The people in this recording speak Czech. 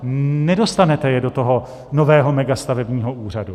Nedostanete je do toho nového megastavebního úřadu.